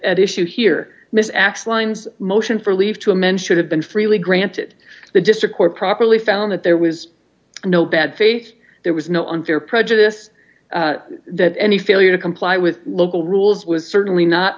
at issue here miss x lines motion for leave to amend should have been freely granted the district court properly found that there was no bad faith there was no unfair prejudice that any failure to comply with local rules was certainly